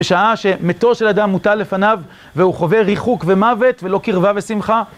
שעה שמתו של אדם מוטל לפניו והוא חווה ריחוק ומוות ולא קרבה ושמחה